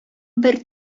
бер